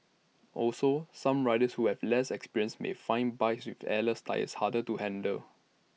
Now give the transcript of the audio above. also some riders who have less experience may find bikes with airless tyres harder to handle